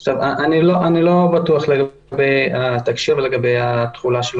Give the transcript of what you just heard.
אני לא בטוח לגבי התקשי"ר ולגבי התחולה שלו